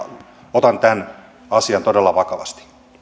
otan tämän asian todella vakavasti